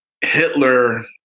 Hitler